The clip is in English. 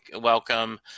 Welcome